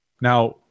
now